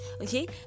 okay